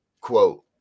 quote